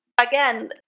Again